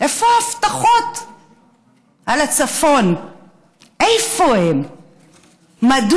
אבל גם בנושא של הפריפריה הצפונית והדרומית